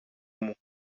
μου